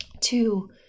Two